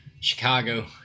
Chicago